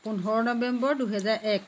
পোন্ধৰ নৱেম্বৰ দুহেজাৰ এক